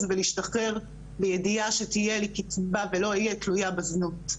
ולהשתחרר בידיעה שתהיה לי קצבה ולא אהיה תלויה בזנות,